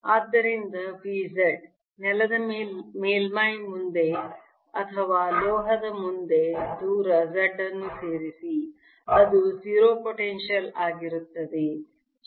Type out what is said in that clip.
ಆದ್ದರಿಂದ V Z ನೆಲದ ಮೇಲ್ಮೈ ಮುಂದೆ ಅಥವಾ ಲೋಹದ ಮುಂದೆ ದೂರ Z ಅನ್ನು ಸೇರಿಸಿ ಅದು 0 ಪೊಟೆನ್ಶಿಯಲ್ ಆಗಿರುತ್ತದೆ